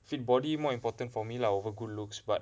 fit body more important for me lah over good looks but